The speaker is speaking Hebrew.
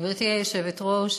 גברתי היושבת-ראש,